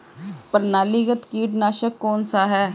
प्रणालीगत कीटनाशक कौन सा है?